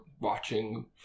watching